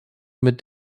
mit